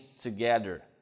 together